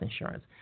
insurance